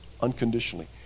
unconditionally